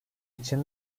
için